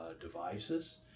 devices